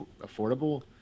affordable